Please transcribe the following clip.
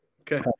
okay